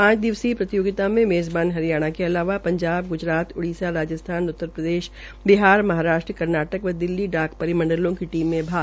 पांच दिवसीय प्रतियोगिता में मेंज़बान हरियाणा के अलावा पंजाब ग्जरात उड़ीसा राजस्थान उतरप्रदेश बिहार महाराष्ट्र कर्नाटक व दिल्ली डाक परिमंडल की टीमें भाग ले रही है